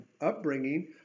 upbringing